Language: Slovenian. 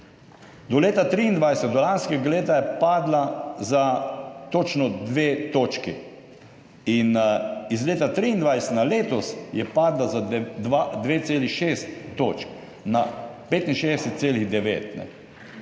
do leta 2023, do lanskega leta, je padla za točno dve točki, in iz leta 2023 na letos je padla za 2,6 točke, na 65,9.